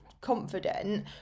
confident